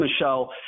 Michelle